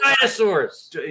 dinosaurs